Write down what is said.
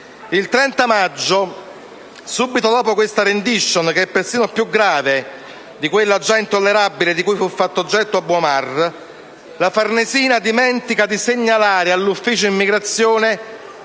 Il 30 maggio, subito dopo questa *rendition*, che è persino più grave di quella già intollerabile di cui fu fatto oggetto Abu Omar, la Farnesina dimentica di segnalare all'ufficio immigrazione